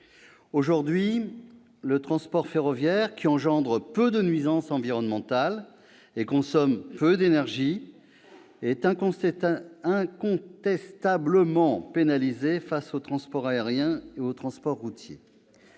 Aujourd'hui, le transport ferroviaire, qui engendre peu de nuisances environnementales et consomme peu d'énergie, est incontestablement pénalisé face au transport aérien et au transport routier.